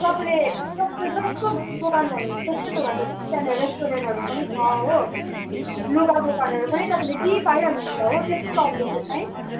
तपाईँले जस्तो जस्तो दोकान भन्नुहुन्छ त्यस्तै दोकान त्यहाँनिर रेस्टुरेन्टहरू पनि छ हो लुगा दोकानहरू पनि तपाईँले त्यहीँ पाइहाल्नु हुन्छ हो त्यसकै अपोजिटमै